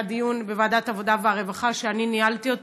היה דיון בוועדת העבודה והרווחה שאני ניהלתי,